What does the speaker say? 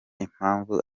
impamvu